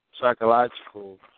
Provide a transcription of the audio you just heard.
psychological